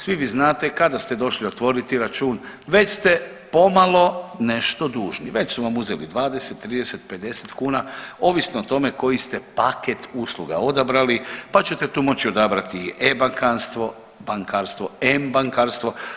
Svi vi znate kada ste došli otvoriti račun već ste pomalo nešto dužni, već su vam uzeli 20, 30, 50 kuna ovisno o tome koji ste paket usluga odabrali, pa ćete tu moći odabrati e-bankarstvo, bankarstvo m-bankarstvo.